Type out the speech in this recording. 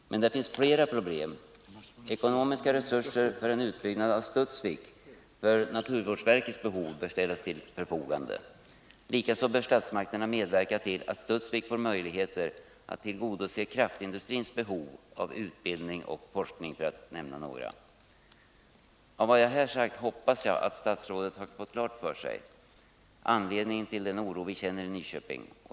Men det finns fler problem, och jag vill beröra några av dem. Ekonomiska resurser för en utbyggnad av Studsvik, för naturvårdsverkets behov, bör ställas till förfogande. Likaså bör statsmakterna medverka till att Studsvik får möjligheter att tillgodose kraftindustrins behov av utbildning och forskning. Jag hoppas att statsrådet, av vad jag här sagt, har fått klart för sig vilken anledningen är till den oro vi känner i Nyköping.